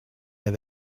have